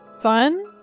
Fun